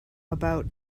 about